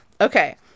Okay